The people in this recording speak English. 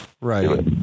right